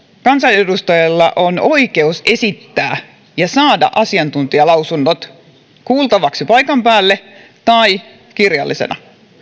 kansanedustajilla on oikeus saada asiantuntijalausunnot kuultavaksi paikan päälle tai kirjallisina